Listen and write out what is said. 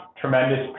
tremendous